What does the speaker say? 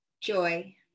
Joy